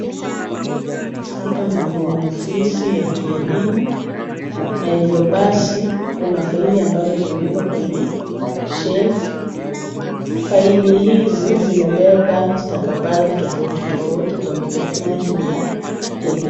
Hapa ni kwenye ofisi ya kielimu na hivyo basi kuna faili ambazo zimewekwa kwenye shelf . Faili hizi zimebeba stakabadhi tofauti tofauti kwa minajili ya elimu.